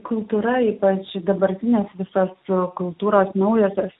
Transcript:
kultūra ypač dabartinė visa su kultūros naujosios